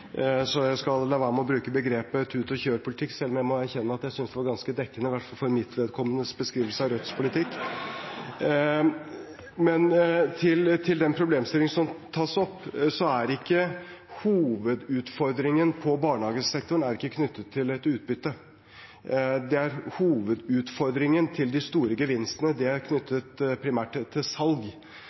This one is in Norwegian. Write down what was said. Jeg skal la være å bruke begrepet «tut-og-kjør-politikk», selv om jeg må erkjenne at jeg synes det var en ganske dekkende – i hvert fall for mitt vedkommende – beskrivelse av Rødts politikk! Men til den problemstillingen som tas opp: Hovedutfordringen på barnehagesektoren er ikke knyttet til et utbytte. Hovedutfordringen ved de store gevinstene er knyttet primært til salg.